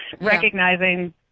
recognizing